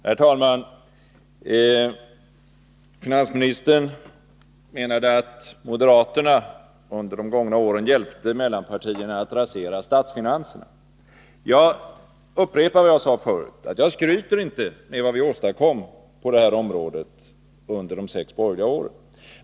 Herr talman! Finansministern menade att vi moderater under de gångna åren hjälpte mellanpartierna att rasera statsfinanserna. Jag upprepar vad jag sade förut: Jag skryter inte med vad vi åstadkom på det här området under de sex borgerliga åren.